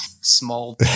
small